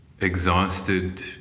exhausted